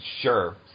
sure